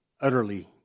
utterly